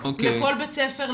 לכל בית ספר,